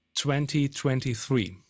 2023